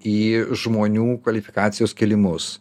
į žmonių kvalifikacijos kėlimus